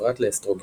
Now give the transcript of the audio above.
ובפרט לאסטרוגן.